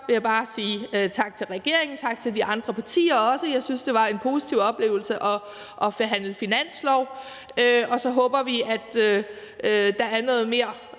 tak til regeringen, og også tak til de andre partier. Jeg synes, det var en positiv oplevelse at forhandle finanslov, og så håber vi, at der er noget mere